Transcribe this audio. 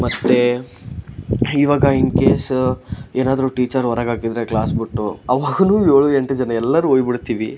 ಮತ್ತು ಇವಾಗ ಇನ್ಕೇಸ್ ಏನಾದರು ಟೀಚರ್ ಹೊರಗಾಕಿದರೆ ಕ್ಲಾಸ್ ಬಿಟ್ಟು ಅವಾಗ್ನೂ ಏಳು ಎಂಟು ಜನ ಎಲ್ಲರೂ ಹೋಯ್ಬುಡ್ತೀವಿ